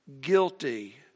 guilty